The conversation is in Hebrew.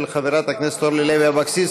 של חברת הכנסת אורלי לוי אבקסיס,